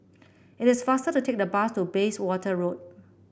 it is faster to take the bus to Bayswater Road